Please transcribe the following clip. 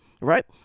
Right